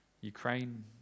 Ukraine